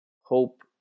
hope